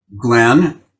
Glenn